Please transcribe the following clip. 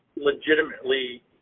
legitimately